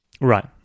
Right